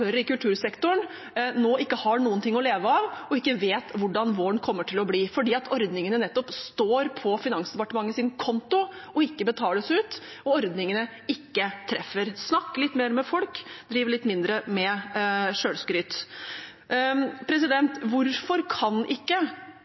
i kultursektoren nå ikke har noe å leve av, og ikke vet hvordan våren kommer til å bli, nettopp fordi ordningene står på Finansdepartementets konto og ikke betales ut, og fordi ordningene ikke treffer. Snakk litt mer med folk. Driv litt mindre med selvskryt. Hvorfor kan ikke